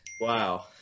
Wow